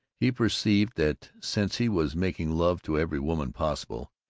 he perceived that, since he was making love to every woman possible,